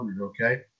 okay